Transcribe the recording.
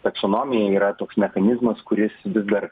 taksonomija yra toks mechanizmas kuris vis dar